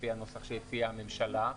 לפי הנוסח שהציעה הממשלה.